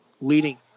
leading